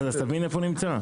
אז אתה מבין איפה הוא נמצא?